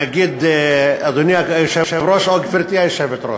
להגיד אדוני היושב-ראש או גברתי היושבת-ראש?